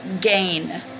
gain